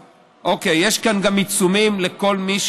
יש כאן גם עיצומים על כל מי